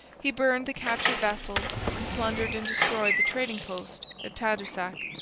he burned the captured vessels and plundered and destroyed the trading-post at tadoussac,